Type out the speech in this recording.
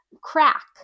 crack